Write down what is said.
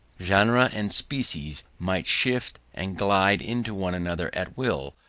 genera and species might shift and glide into one another at will,